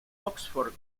oxford